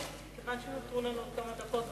מכיוון שנותרו לנו עוד כמה דקות,